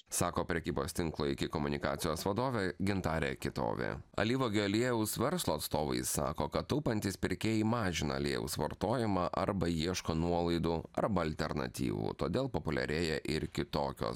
sako prekybos tinklo iki komunikacijos vadovė gintarė kitovė alyvuogių aliejaus verslo atstovai sako kad taupantys pirkėjai mažina aliejaus vartojimą arba ieško nuolaidų arba alternatyvų todėl populiarėja ir kitokio